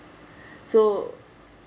so